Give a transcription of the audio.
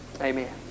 Amen